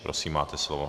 Prosím, máte slovo.